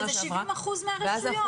אבל אלה 70 אחוזים מהרשויות.